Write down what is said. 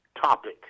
topic